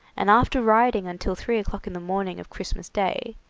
and after riding until three o'clock in the morning of christmas day,